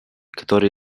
которые